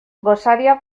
gosaria